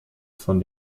von